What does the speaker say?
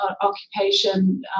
occupation